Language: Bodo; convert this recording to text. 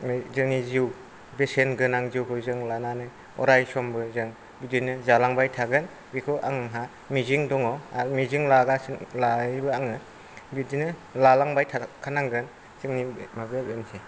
जोंनि जिउ बेसेनगोनां जिउखौ जों लानानै अरायसमबो जों बिदिनो जालांबाय थागोन बेखौ आंहा मिजिं दङ आरो मिजिं लागासिनो लायो आङो बिदिनो लालांबाय थाखानांगोन जोंनि माबाया बेनोसै